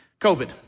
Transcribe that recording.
COVID